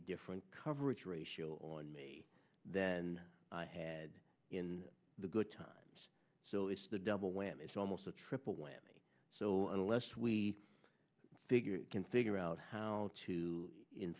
different coverage ratio on me then i had in the good times so it's the double whammy it's almost a triple whammy so unless we figure we can figure out how to